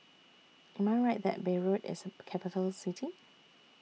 Am I Right that Beirut IS A Capital City